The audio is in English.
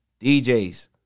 DJs